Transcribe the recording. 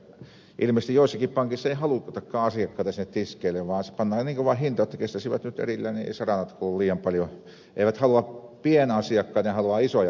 ilmeisesti joissakin pankeissa ei halutakaan asiakkaita sinne tiskeille vaan pannaan niin kova hinta jotta kestäisivät nyt erillään niin eivät saranat kulu liian paljon eivät halua pienasiakkaita ne haluavat isoja rahoja vaan